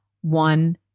one